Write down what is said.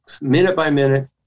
minute-by-minute